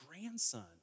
grandson